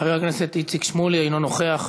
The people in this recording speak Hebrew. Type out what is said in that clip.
חבר הכנסת איציק שמולי, אינו נוכח.